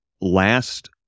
last